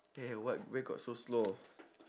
eh what where got so slow